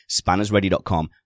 SpannersReady.com